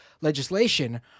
legislation